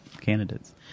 candidates